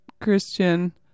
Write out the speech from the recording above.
Christian